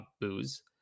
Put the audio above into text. booze